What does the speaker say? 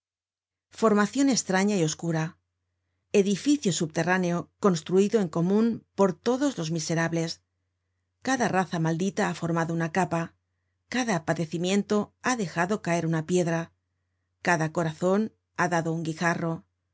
formacion estraña y oscura edificio subterráneo construido en comun por todos los miserables cada raza maldita ha formado una capa cada padecimiento ha dejado caer una piedra cada corazon ha dado un guijarro